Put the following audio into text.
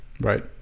Right